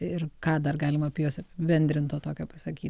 ir ką dar galima apie juos apibendrinto tokio pasakyt